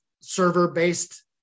server-based